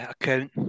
account